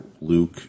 Luke